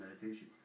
meditation